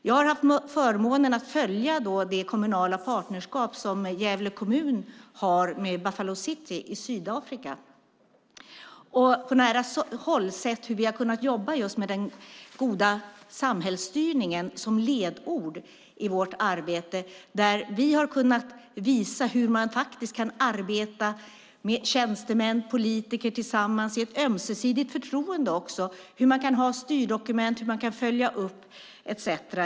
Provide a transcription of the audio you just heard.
Jag har haft förmånen att följa det kommunala partnerskap som Gävle kommun har med Buffalo City i Sydafrika och har på nära håll sett hur vi har kunnat jobba just med den goda samhällsstyrningen som ledord i vårt arbete. Vi har kunnat visa hur tjänstemän och politiker kan arbeta tillsammans i ett ömsesidigt förtroende, hur man kan ha styrdokument, följa upp etcetera.